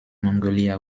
mongolia